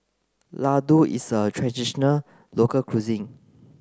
Ladoo is a traditional local cuisine